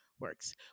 works